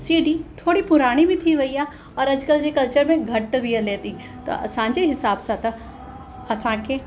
C D थोरी पुराणी बि थी वई आहे और अॼु कल्ह जे कल्चर में घटि बि हले थी त असांजे हिसाब सां त असांखे